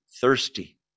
thirsty